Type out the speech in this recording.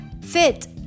fit